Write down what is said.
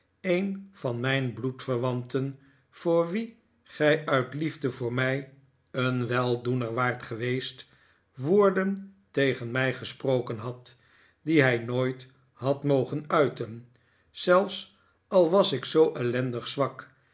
een van mijn bloedverwanten voor wien gij uit liefde voor mij een weldoener waart geweest woorden tegen mij gesproken had die hij nooit had mogen uiten zelfs al was ik zoo ellendig zwak